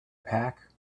pack